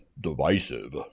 divisive